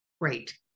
Great